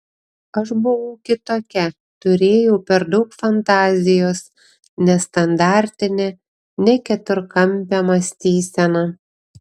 aš buvau kitokia turėjau per daug fantazijos nestandartinę ne keturkampę mąstyseną